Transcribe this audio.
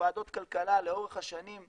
בוועדות כלכלה לאורך שנים,